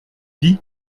dit